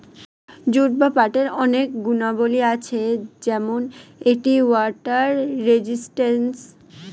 jute বা পাটের অনেক গুণাবলী আছে যেমন এটি ওয়াটার রেজিস্ট্যান্স